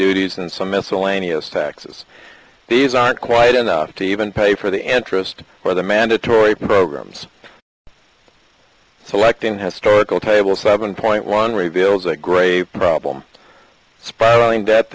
duties and some miscellaneous taxes these aren't quite enough to even pay for the interest for the mandatory programs selecting historical table seven point one reveals a great problem spiralling